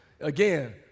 Again